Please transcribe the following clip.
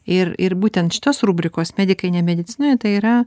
ir ir būtent šitos rubrikos medikai ne medicinoje tai yra